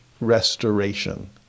restoration